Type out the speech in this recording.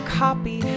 copy